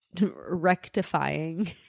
rectifying